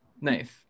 Nice